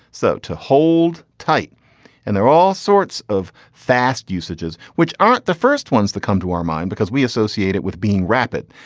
so to hold tight and there are all sorts of fast usages which aren't the first ones that come to our mind because we associate it with being rapid.